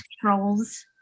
trolls